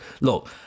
look